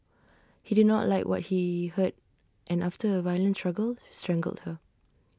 he did not like what he heard and after A violent struggle strangled her